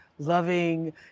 loving